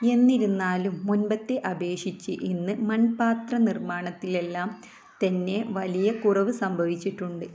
എന്നിരുന്നാലും മുൻപത്തെ അപേക്ഷിച്ച് ഇന്ന് മൺപാത്രനിർമ്മാണത്തിലെല്ലാം തന്നെ വലിയ കുറവ് സംഭവിച്ചിട്ടുണ്ട്